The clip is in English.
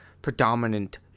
predominant